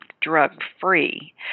drug-free